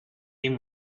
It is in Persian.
این